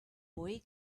boy